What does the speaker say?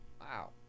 Wow